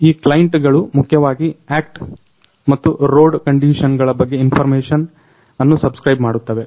ಈ ಕ್ಲೈಂಟ್ ಗಳುಮುಖ್ಯವಾಗಿ ಆಕ್ಟ್ ಮತ್ತು ರೋಡ್ ಕಂಡಿಷನ್ಗಳ ಬಗ್ಗೆ ಇನ್ಫರ್ಮೇಷನ್ ಅನ್ನು ಸಬ್ಸ್ಕ್ರೈಬ್ ಮಾಡುತ್ತವೆ